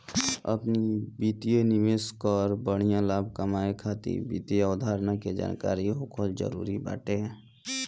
अपनी निवेश कअ बढ़िया लाभ कमाए खातिर वित्तीय अवधारणा के जानकरी होखल जरुरी बाटे